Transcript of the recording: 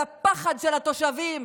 על הפחד של התושבים?